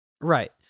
Right